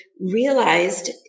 realized